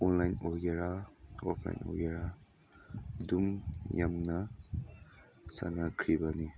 online ꯑꯣꯏꯒꯦꯔꯥ offline ꯑꯣꯏꯒꯦꯔꯥ ꯑꯗꯨꯝ ꯌꯥꯝꯅ ꯁꯥꯟꯅꯈ꯭ꯔꯤꯕꯅꯤ